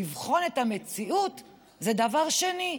לבחון את המציאות זה דבר שני.